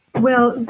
well,